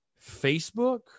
Facebook